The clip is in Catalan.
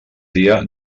dia